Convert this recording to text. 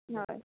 ना हय